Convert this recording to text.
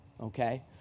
okay